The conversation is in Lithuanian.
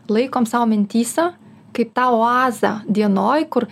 laikom sau mintyse kaip tą oazę dienoj kur